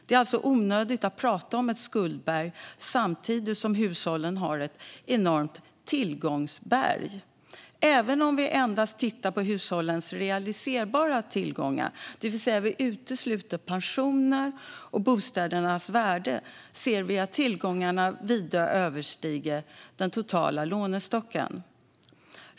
Det är alltså onödigt att prata om ett skuldberg samtidigt som hushållen har ett enormt tillgångsberg. Även om vi endast tittar på hushållens realiserbara tillgångar, det vill säga utesluter pensioner och bostädernas värde, ser vi att tillgångarna vida överstiger den totala lånestocken.